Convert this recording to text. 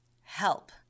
Help